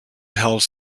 held